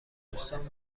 دوستام